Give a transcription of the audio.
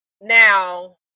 now